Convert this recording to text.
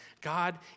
God